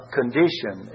condition